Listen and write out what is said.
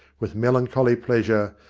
with melancholy pleasure,